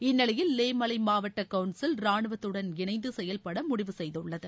இந்நிலையில் லே மலை மாவட்ட கவுன்சில் ரானுவத்தடன் இணைந்து செயல்பட முடிவு செய்துள்ளது